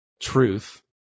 truth